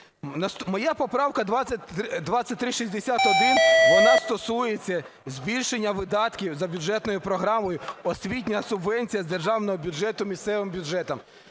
Моя поправка 2361, вона стосується збільшення видатків за бюджетною програмою "Освітня субвенція з державного бюджету місцевим бюджетам".